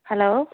hello